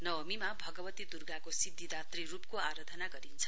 नवमीमा भगवती दुर्गाको सिध्दिदात्री रुपको आराधना गरिन्छ